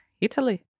Italy